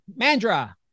Mandra